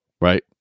right